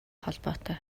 холбоотой